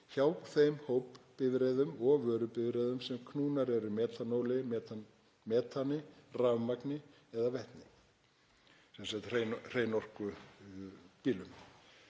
hjá þeim hópbifreiðum og vörubifreiðum sem knúnar eru metani, metanóli, rafmagni eða vetni, sem sagt hreinorkubílum.